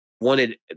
wanted